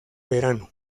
verano